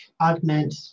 augment